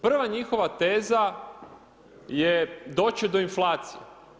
Prva njihova teza je doći do inflacija.